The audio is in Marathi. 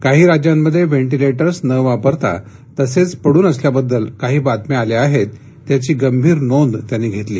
काही राज्यांमध्ये वेंटिलेटर्स न वापरता तसेच पडून असल्याबद्दल काही बातम्या आल्या आहेत त्याची गंभीर नोंद त्यांनी घेतली